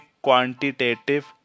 quantitative